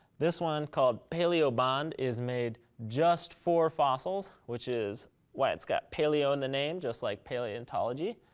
this one called paleo bond is made just for fossils, which is why it's got paleo in the name, just like paleontology.